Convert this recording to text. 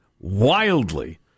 Wildly